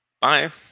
Bye